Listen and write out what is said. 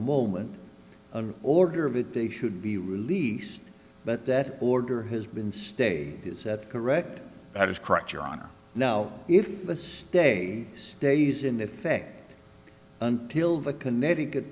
moment an order of it they should be released but that order has been stayed is that correct that is correct your honor now if the stay stays in effect until the connecticut